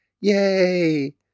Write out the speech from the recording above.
Yay